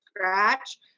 scratch